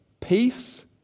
peace